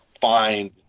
find